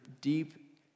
deep